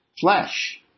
flesh